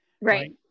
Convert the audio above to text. Right